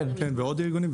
כן, ועוד ארגונים.